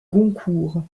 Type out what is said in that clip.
goncourt